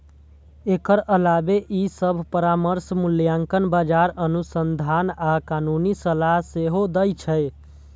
एकर अलावे ई सभ परामर्श, मूल्यांकन, बाजार अनुसंधान आ कानूनी सलाह सेहो दै छै